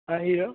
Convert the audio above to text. और हीरो